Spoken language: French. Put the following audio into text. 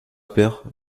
paire